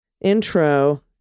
intro